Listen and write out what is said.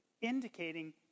Indicating